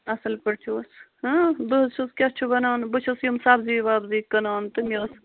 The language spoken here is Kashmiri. اَصٕل پٲٹھۍ چھُو حظ بہٕ حظ چھُس کیٛاہ چھُ بَناوان بہٕ چھُس یِم سَبزی وَبزی کٕنان تہٕ مےٚ ٲس